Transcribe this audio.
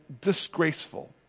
disgraceful